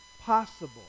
possible